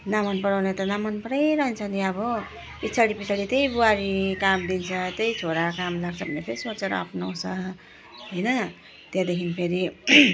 नमन पराउने त नमन पराइरहन्छ नि अब पिछाडि पिछाडि त्यही बुहारी काम दिन्छ त्यही छोरा काम लाग्छ भनेर फेरि सोचेर अपनाउँछ हैन त्यहाँदेखिन् फेरि